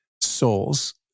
souls